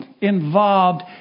involved